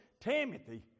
Timothy